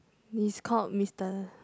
is called Mister